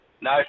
No